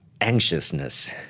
anxiousness